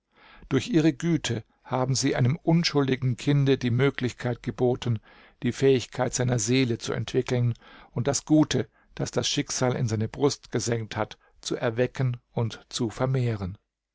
durch ihre güte haben sie einem unschuldigen kinde die möglichkeit geboten die fähigkeit seiner seele zu entwickeln und das gute das das schicksal in seine brust gesenkt hat zu erwecken und zu vermehren